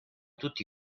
tutti